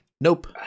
Nope